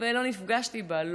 ולא נפגשתי בה,